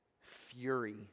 fury